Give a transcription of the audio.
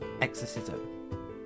exorcism